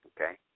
Okay